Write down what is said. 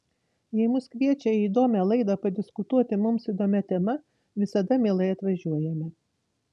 jei mus kviečia į įdomią laidą padiskutuoti mums įdomia tema visada mielai atvažiuojame